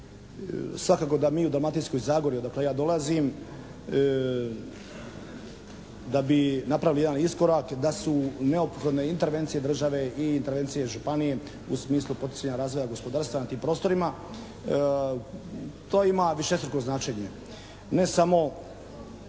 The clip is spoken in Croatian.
Svakako da mi u Dalmatinskoj Zagori odakle ja dolazim da bi napravili jedan iskorak, da su neophodne intervencije države i intervencije županije u smislu poticanja razvoja gospodarstva na tim prostorima. To ima višestruko značenje.